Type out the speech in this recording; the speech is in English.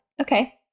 Okay